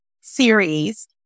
series